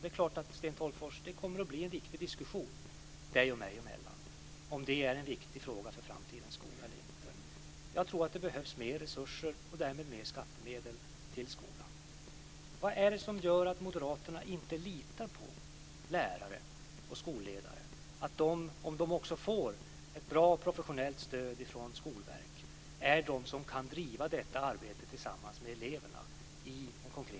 Det är klart, Sten Tolgfors, att det kommer att bli en diskussion dig och mig emellan om huruvida detta är en viktig fråga för framtidens skola eller inte. Jag tror att det behövs mer resurser och därmed mer skattemedel till skolan. Vad är det som gör att moderaterna inte litar på att lärare och skolledare, om de får ett bra och professionellt stöd från Skolverket, är de som kan driva detta arbete tillsammans med eleverna i skolan?